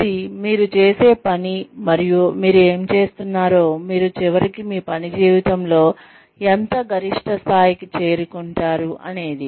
ఇది మీరు చేసే పని మరియు మీరు ఏమి చేస్తున్నారో మీరు చివరికి మీ పని జీవితంలో ఎంత గరిష్ట స్థాయికి చేరుకుంటారు అనేది